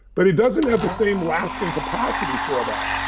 but it doesn't have the same lasting capacity for that.